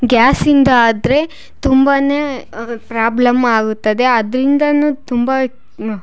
ಗ್ಯಾಸಿಂದ ಆದರೆ ತುಂಬಾ ಪ್ರಾಬ್ಲಮ್ ಆಗುತ್ತದೆ ಅದರಿಂದನೂ ತುಂಬ